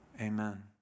amen